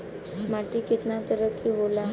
माटी केतना तरह के होला?